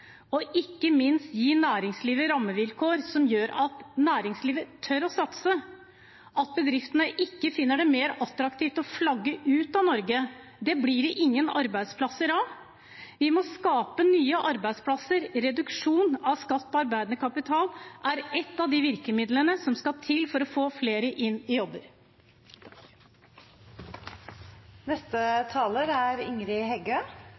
og ikke minst gi næringslivet rammevilkår som gjør at næringslivet tør å satse, og at bedriftene ikke finner det mer attraktivt å flagge ut av Norge, for det blir det ingen arbeidsplasser av. Vi må skape nye arbeidsplasser. Reduksjon av skatt på arbeidende kapital er et av de virkemidlene som skal til for å få flere i